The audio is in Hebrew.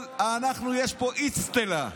יש פה אצטלה.